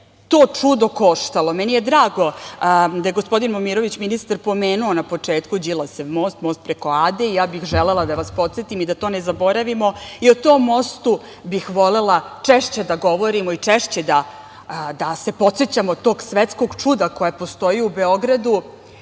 to čudo koštalo. Meni je drago da je gospodin Momirović ministar pomenuo na početku Đilasov most, most preko Ade, ja bih želela da vas podsetim da to ne zaboravimo i o tom mostu bih volela češće da govorimo i češće da se podsećamo tog svetskog čuda koje postoji u Beogradu. Znate,